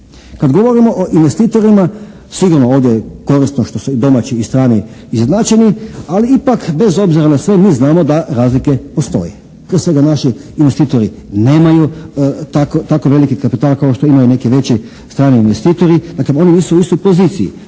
Kad govorimo o investitorima, sigurno ovdje je korisno što su domaći i strani izjednačeni, ali ipak bez obzira na sve mi znamo da razlike postoje. Prije svega naši investitori nemaju tako veliki kapital kao što imaju neki veći strani investitori. Dakle oni nisu u istoj poziciji.